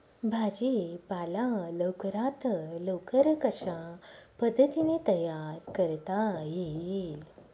भाजी पाला लवकरात लवकर कशा पद्धतीने तयार करता येईल?